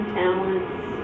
talents